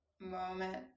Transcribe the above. moment